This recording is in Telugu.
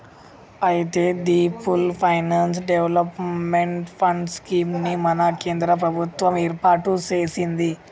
అయితే the full finance development fund scheme ని మన కేంద్ర ప్రభుత్వం ఏర్పాటు సెసింది